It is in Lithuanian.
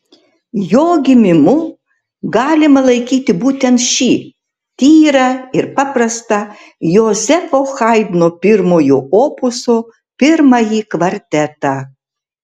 jo gimimu galima laikyti būtent šį tyrą ir paprastą jozefo haidno pirmojo opuso pirmąjį kvartetą